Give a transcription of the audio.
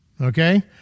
Okay